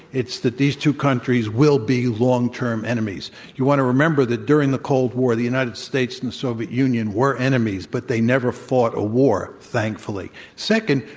it's that these two countries will be long-term enemies. you want to remember that during the cold war the united states and soviet union were enemies, but they never fought a war thankfully, and